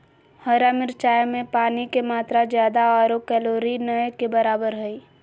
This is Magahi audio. हरा मिरचाय में पानी के मात्रा ज्यादा आरो कैलोरी नय के बराबर हइ